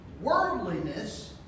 worldliness